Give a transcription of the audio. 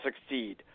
succeed